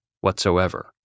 whatsoever